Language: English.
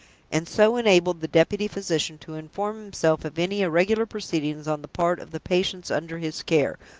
and so enabled the deputy-physician to inform himself of any irregular proceedings on the part of the patients under his care,